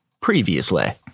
Previously